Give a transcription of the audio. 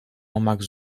olmak